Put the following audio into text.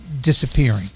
disappearing